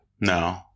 No